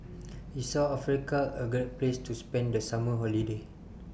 IS South Africa A Great Place to spend The Summer Holiday